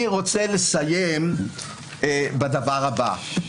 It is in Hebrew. אני רוצה לסיים בדבר הבא.